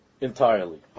entirely